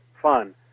fun